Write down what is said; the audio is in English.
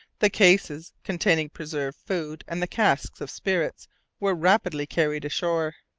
the cases containing preserved food and the casks of spirits were rapidly carried ashore.